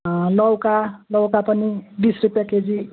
लौका लौका पनि बिस रुपियाँ केजी